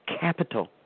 capital